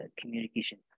communication